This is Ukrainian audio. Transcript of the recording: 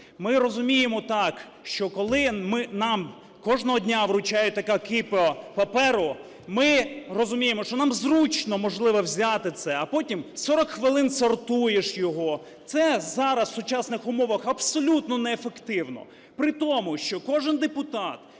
Ми розуміємо, так, що коли нам кожного дня вручають таку кипу паперу, ми розуміємо, що нам зручно, можливо, взяти це. А потім 40 хвилин сортуєш його, це зараз, в сучасних умовах, абсолютно неефективно. При тому, що кожен депутат,